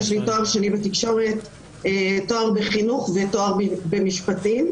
תואר בחינוך ותואר במשפטים.